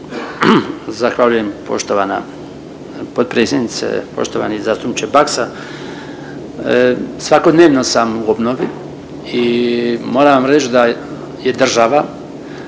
Zahvaljujem poštovana potpredsjednice. Poštovani zastupniče Baksa, svakodnevno sam u obnovi i moram vam reći da je država